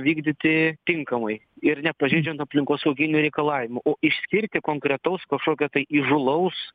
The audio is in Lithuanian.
vykdyti tinkamai ir nepažeidžiant aplinkosauginių reikalavimų išskirti konkretaus kažkokio tai įžūlaus